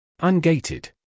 Ungated